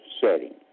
setting